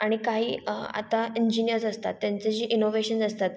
आणि काही आता इंजीनियर्स असतात त्यांचे जे इनोवेशन्स असतात